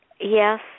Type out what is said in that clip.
Yes